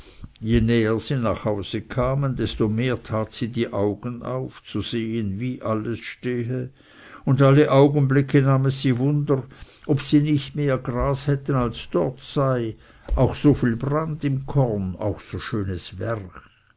sie nach hause kam desto mehr tat sie die augen auf zu sehen wie alles stehe und alle augenblicke nahm es sie wunder ob sie nicht mehr gras hätten als dort sei auch so viel brand im korn auch so schönes werch